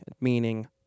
meaning